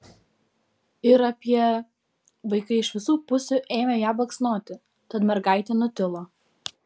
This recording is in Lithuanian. ir apie vaikai iš visų pusių ėmė ją baksnoti tad mergaitė nutilo